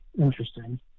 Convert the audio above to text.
Interesting